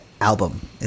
album